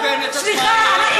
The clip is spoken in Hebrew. סליחה,